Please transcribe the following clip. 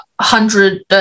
hundred